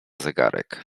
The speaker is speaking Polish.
zegarek